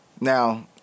Now